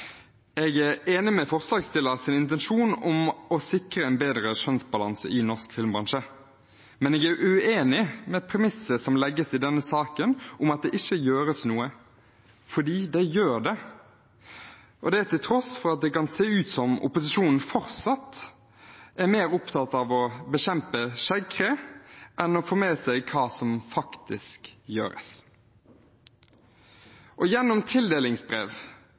Jeg er enig i forslagsstillernes intensjon om å sikre en bedre kjønnsbalanse i norsk filmbransje, men jeg er uenig i premisset som legges i denne saken, at det ikke gjøres noe, for det gjør det – til tross for at det kan se ut som om opposisjonen fortsatt er mer opptatt av å bekjempe skjeggkre enn av å få med seg hva som faktisk gjøres. Gjennom tildelingsbrev